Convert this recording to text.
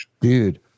dude